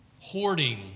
Hoarding